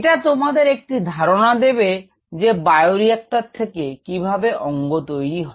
এটা তোমদের একটি ধারনা দেবে যে বায়োরিক্টর থেকে কিভাবে অঙ্গ তৈরি হয়